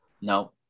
No